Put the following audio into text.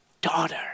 daughter